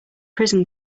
prison